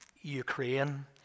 Ukraine